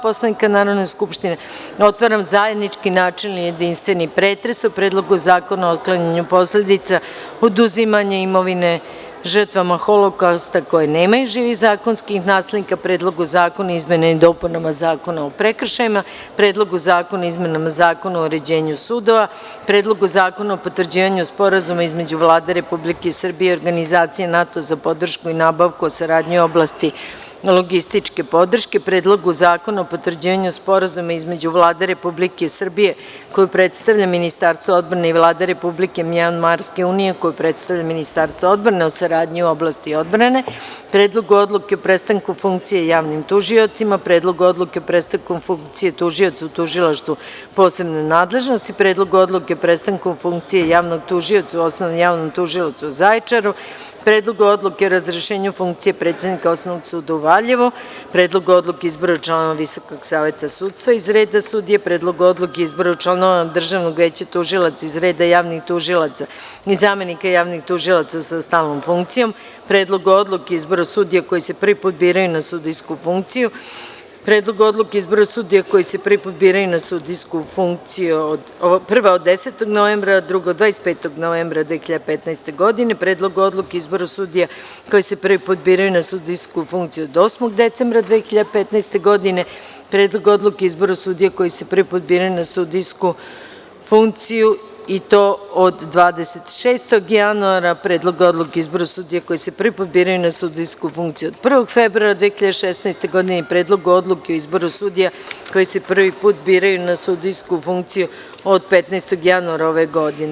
Poslovnika Narodne skupštine, otvaram zajednički načelni i jedinstveni pretres o: Predlogu zakona o otklanjanju posledica oduzimanja imovine žrtvama Holokausta, koje nemaju živih zakonskih naslednika, Predlogu zakona o izmenama i dopunama Zakona o prekršajima, Predlogu zakona o izmenama Zakona o uređenju sudova, Predlogu zakona o potvrđivanju Sporazuma između Vlade Republike Srbije i organizacije NATO za podršku i nabavku o saradnji u oblasti logističke podrške, Predlogu zakona o potvrđivanju Sporazuma između Vlade Republike Srbije, koju predstavlja Ministarstvo odbrane i Vlade Republike Mjanmarske unije, koju predstavlja Ministarstvo odbrane, o saradnji u oblasti odbrane, Predlogu odluke o prestanku funkcije javnim tužiocima, Predlogu Odluke o prestanku funkcije tužioca u tužilaštvu posebne nadležnosti, Predlogu odluke o prestanku funkcije javnog tužioca u Osnovnom tužilaštvu u Zaječaru, Predlogu odluke o razrešenju funkcije predsednika Osnovnog suda u Valjevu, Predlogu odluke o izboru članova Visokog saveta sudstva iz reda sudija, Predlogu odluke o izboru članova Državnog veća tužilaca iz reda javnih tužilaca i zamenika javnih tužilaca sa stalnom funkcijom, Predlogu odluke o izboru sudija koji se prvi put biraju na sudijsku funkciju od 10. novembra 2015. godine, Predlogu odluke o izboru sudija koji se prvi put biraju na sudijsku funkciju od 25. novembra 2015. godine, Predlogu odluke o izboru sudija koji se prvi put biraju na sudijsku funkciju od 8. decembra 2015. godine, Predlogu odluke o izboru sudija koji se prvi put biraju na sudijsku funkciju od 26. janura 2016. godine, Predlogu odluke o izboru sudija koji se prvi put biraju na sudijsku funkciju od 1. februara 2016. godine, Predlogu odluke o izboru sudija koji se prvi put biraju na sudijsku funkciju od 15. januara 2016. godine.